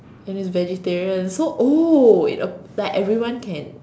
and it's vegetarian so oh it uh like everyone can